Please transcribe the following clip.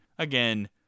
Again